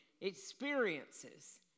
experiences